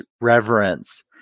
reverence